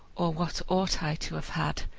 or what ought i to have had,